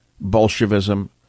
Bolshevism